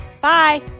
Bye